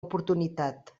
oportunitat